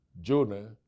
Jonah